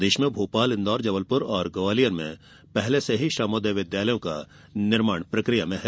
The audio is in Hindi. प्रदेश में भोपाल इंदौर जबलपुर और ग्वालियर में पूर्व से ही श्रमोदय विद्यालय का निर्माण प्रक्रिया में है